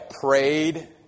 prayed